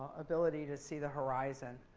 ability to see the horizon.